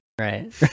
Right